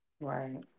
Right